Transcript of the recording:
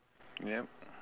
yup